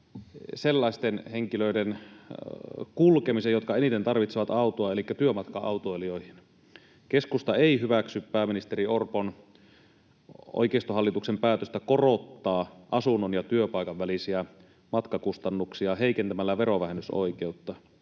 sellaisten henkilöiden kulkemiseen, jotka eniten tarvitsevat autoa, elikkä työmatka-autoilijoihin. Keskusta ei hyväksy pääministeri Orpon oikeistohallituksen päätöstä korottaa asunnon ja työpaikan välisiä matkakustannuksia heikentämällä verovähennysoikeutta.